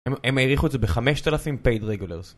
הם העריכו את זה בחמשת אלפים paid regulars